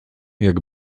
jak